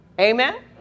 Amen